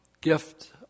gift